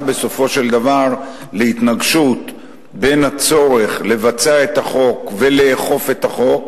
בסופו של דבר להתנגשות בין הצורך לבצע את החוק ולאכוף את החוק,